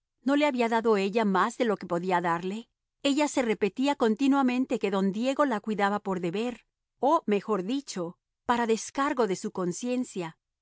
no le había dado ella más de lo que podía darle ella se repetía continuamente que don diego la cuidaba por deber o mejor dicho para descargo de su conciencia